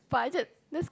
but I just that's